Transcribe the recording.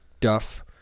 Duff